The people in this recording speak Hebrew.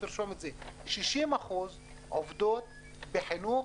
כ-60% עובדות בחינוך,